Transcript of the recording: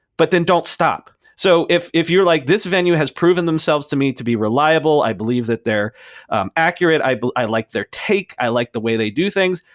but then don't stop. so if if you're like, this venue has proven themselves to me to be reliable, i believe that they're accurate, i but i like their take, i like the way they do things,